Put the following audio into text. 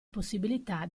possibilità